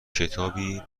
کتابی